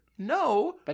No